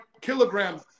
kilogram